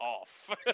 off